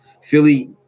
Philly